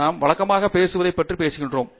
எனவே நாம் வழக்கமாக பேசுவதைப் பற்றி பேசுகிறோம்